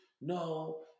No